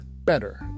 better